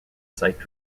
site